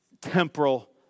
temporal